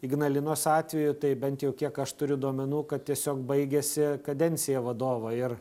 ignalinos atveju tai bent jau kiek aš turiu duomenų kad tiesiog baigėsi kadencija vadovo ir